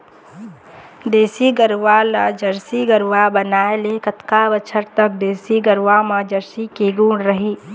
देसी गरवा ला जरसी गरवा बनाए ले कतका बछर तक देसी गरवा मा जरसी के गुण रही?